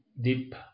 deep